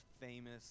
famous